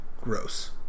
gross